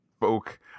folk